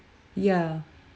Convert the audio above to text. ya